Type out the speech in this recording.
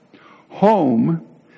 Home